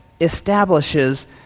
establishes